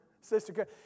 sister